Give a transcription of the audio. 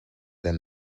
than